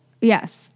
Yes